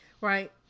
Right